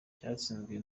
cyatsinzwe